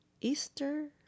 Easter